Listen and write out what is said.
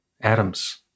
atoms